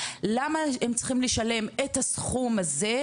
למה הם צריכים לשלם את הסכום הזה?